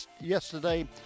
yesterday